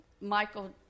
Michael